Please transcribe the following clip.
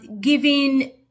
giving